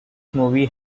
movie